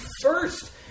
first